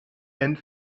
and